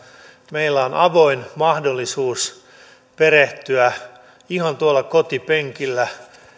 meillä on avoin mahdollisuus perehtyä ihan tuolla kotipenkillä